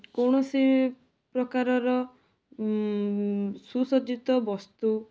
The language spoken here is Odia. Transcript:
କୌଣସି ପ୍ରକାରର ସୁସଜ୍ଜିତ ବସ୍ତୁ